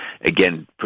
again